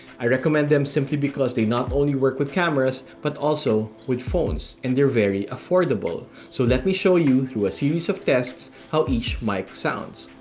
i recommend them simply because they not only work with cameras, but also with phones, and they're very affordable. so let me show you, through a series of tests, how each mic sounds.